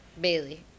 Bailey